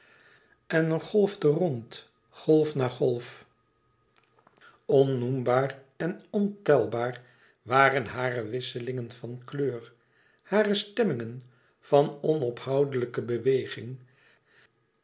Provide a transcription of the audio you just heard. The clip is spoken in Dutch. en golf te ronden na golf onnoembaar en ontelbaar waren hare wisselingen van kleur hare stemmingen van onophoudelijke beweging